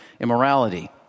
immorality